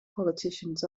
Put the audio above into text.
politicians